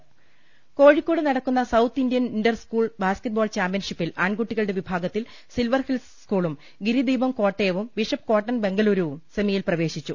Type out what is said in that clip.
ട കോഴിക്കോട് നടക്കുന്ന south Indian interschool basketball ചാംപ്യൻഷിപ്പിൽ ആൺകുട്ടികളുടെ വിഭാഗത്തിൽ സിൽവർഹിൽസ് സ്കൂളും ഗിരിദീപം കോട്ടയവും ബിഷപ്പ് കോട്ടൺ ബംഗലുരുവും സെമിയിൽ പ്രവേശിച്ചു